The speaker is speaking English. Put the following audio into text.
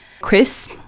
Chris